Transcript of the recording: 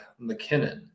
McKinnon